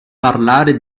parlar